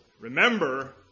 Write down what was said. Remember